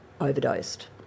overdosed